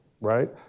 right